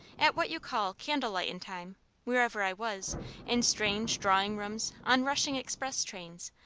at what you called candle-lightin time wherever i was in strange drawing-rooms, on rushing express trains,